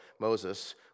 Moses